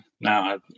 now